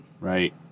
Right